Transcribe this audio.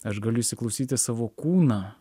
aš galiu įsiklausyti savo kūną